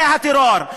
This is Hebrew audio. זה הטרור.